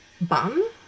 bum